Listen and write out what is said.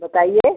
बताइए